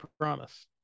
promise